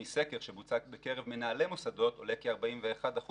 מסקר שבוצע בקרב מנהלי מוסדות עולה כי 41%